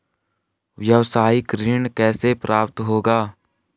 व्यावसायिक ऋण कैसे प्राप्त होगा?